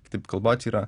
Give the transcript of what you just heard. kitaip kalbotyrą